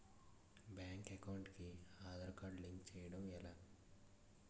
Bank account కి Aadhaar card link చేయడం ఎలా?